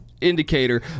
indicator